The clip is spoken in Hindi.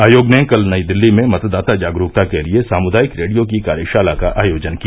आयोग ने कल नई दिल्ली में मतदाता जागरुकता के लिए सामुदायिक रेडियो की कार्यशाला का आयोजन किया